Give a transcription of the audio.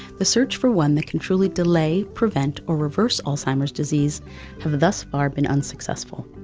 the search for one that can truly delay, prevent, or reverse alzheimer's disease have thus far been unsuccessful.